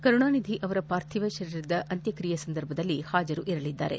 ಕರುಣಾನಿಧಿ ಅವರ ಪಾರ್ಥಿವ ಶರೀರದ ಅಂತ್ಯಕ್ಷಿಯೆ ಸಂದರ್ಭದಲ್ಲಿ ಹಾಜರಿರಲಿದ್ದಾರೆ